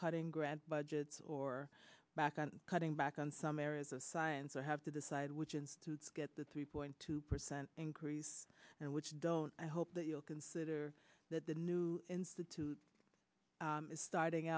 grant budgets or back on cutting back on some areas of science i have to decide which is to get the three point two percent increase and which don't i hope that you'll consider that the new institute is starting